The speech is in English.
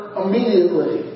immediately